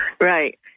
Right